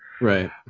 Right